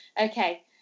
Okay